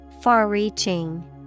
Far-reaching